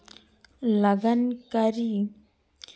ᱞᱟᱜᱟᱱ ᱠᱟᱹᱨᱤ